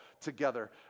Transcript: together